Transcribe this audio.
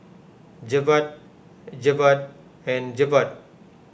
Jebat Jebat and Jebat